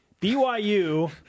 BYU